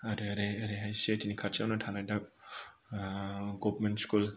आरो ओरै ओरैहाय सिआइटि नि खाथियावनो थानाय दा गभर्नमेन्ट स्कुल